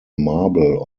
marble